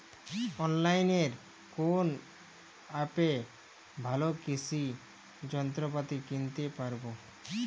অনলাইনের কোন অ্যাপে ভালো কৃষির যন্ত্রপাতি কিনতে পারবো?